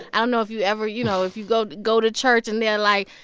i don't know if you ever you know, if you go go to church, and they're like,